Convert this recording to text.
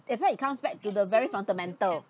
that's why it comes back to the very fundamental